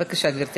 בבקשה, גברתי.